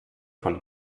von